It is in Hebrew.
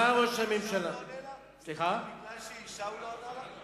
מכיוון שהיא אשה הוא לא ענה לה?